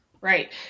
right